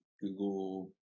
Google